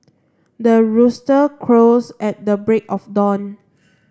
the rooster crows at the break of dawn